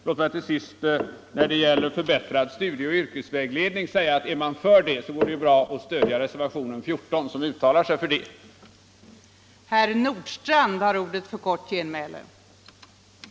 Låt mig till sist när det gäller förbättringar av studieoch yrkesvägledningen säga att för den som är för sådana förbättringar går det bra att stödja reservationen 14, där det framförs krav på ökade resurser för dessa ändamål.